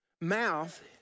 mouth